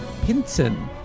Pinson